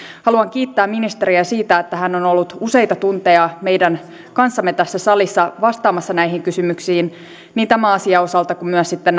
haluan kiittää ministeriä siitä että hän on ollut useita tunteja meidän kanssamme tässä salissa vastaamassa näihin kysymyksiin niin tämän asian osalta kuin myös sitten